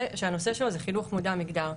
שהנושא שלו זה חינוך מודע מגדר.